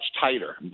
tighter